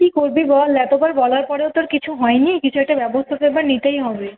কী করবি বল এতবার বলার পরেও তো আর কিছু হয়নি কিছু একটা ব্যবস্থা তো এবার নিতেই হবে